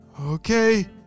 Okay